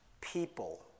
people